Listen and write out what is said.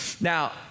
Now